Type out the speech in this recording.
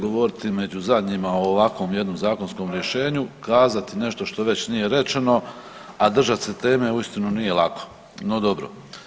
Govoriti među zadnjima o ovakvom jednom zakonskom rješenju, kazati nešto što već nije rečeno, a držat se teme uistinu nije lako, no dobro.